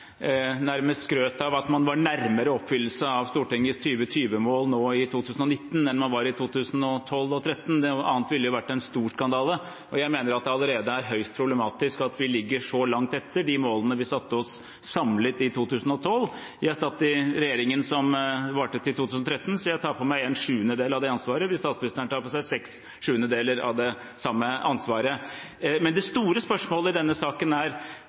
nærmest skrøt av at man var nærmere oppfyllelse av Stortingets 2020-mål nå, i 2019, enn man var i 2012 og 2013. Noe annet ville jo vært en stor skandale. Jeg mener at det allerede er høyst problematisk at vi ligger så langt etter de målene vi samlet satte oss i 2012. Jeg satt i regjeringen som varte til 2013, så jeg tar på meg én sjuendedel av det ansvaret hvis statsministeren tar på seg seks sjuendedeler av det samme ansvaret. Men det store spørsmålet i denne saken er: